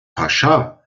pascha